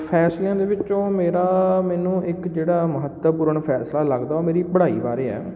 ਫ਼ੈਸਲਿਆਂ ਦੇ ਵਿੱਚੋਂ ਮੇਰਾ ਮੈਨੂੰ ਇੱਕ ਜਿਹੜਾ ਮਹੱਤਵਪੂਰਨ ਫ਼ੈਸਲਾ ਲੱਗਦਾ ਉਹ ਮੇਰੀ ਪੜ੍ਹਾਈ ਬਾਰੇ ਆ